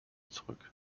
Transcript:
zurück